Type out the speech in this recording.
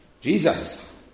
Jesus